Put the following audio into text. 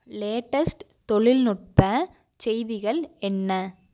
latest தொழில்நுட்பச் செய்திகள் என்ன